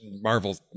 Marvel